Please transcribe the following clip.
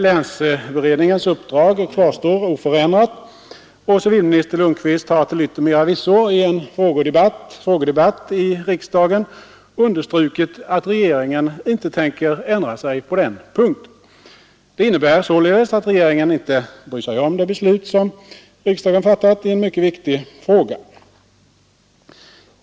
Länsberedningens uppdrag kvarstår oförändrat, och civilminister Lundkvist har till yttermera visso i en frågedebatt här i riksdagen understrukit att regeringen inte tänker ändra sig på den punkten. Det innebär således att regeringen inte bryr sig om det beslut som riksdagen fattat i en mycket viktig fråga.